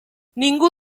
ningú